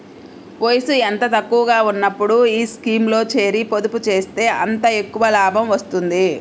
వయసు ఎంత తక్కువగా ఉన్నప్పుడు ఈ స్కీమ్లో చేరి, పొదుపు చేస్తే అంత ఎక్కువ లాభం వస్తుంది